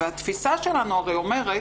התפיסה שלנו הרי אומרת